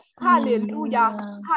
hallelujah